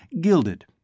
gilded